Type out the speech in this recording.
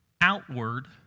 outward